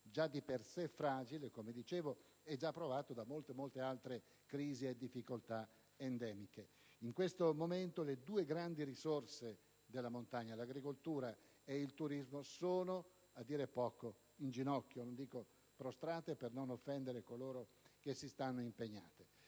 già di per sé fragile e provato da molte altre crisi e difficoltà endemiche. In questo momento le due grandi risorse della montagna, l'agricoltura e il turismo, sono a dir poco in ginocchio (non dico prostrate per non offendere coloro che si stanno impegnando).